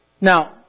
Now